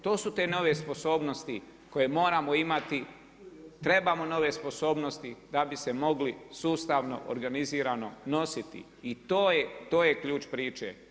To su te nove sposobnosti koje moramo imati, trebamo nove sposobnosti da bi se mogli sustavno, organizirano nositi i to je ključ priče.